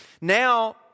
Now